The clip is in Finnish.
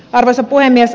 arvoisa puhemies